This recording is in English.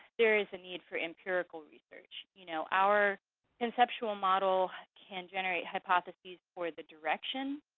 there is a need for empirical research. you know our conceptual model can generate hypotheses for the direction,